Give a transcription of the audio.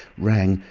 rang,